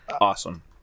awesome